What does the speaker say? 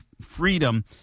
freedom